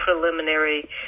preliminary